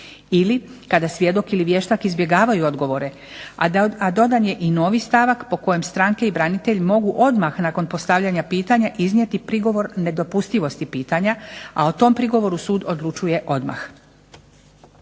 ili kada svjedok ili vještak izbjegavaju odgovore, a dodan je i novi stavak po kojem stranke i branitelj mogu odmah nakon postavljanja pitanja iznijeti prigovor nedopustivosti pitanja, a o tom prigovoru sud odlučuje odmah.